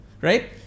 right